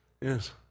Yes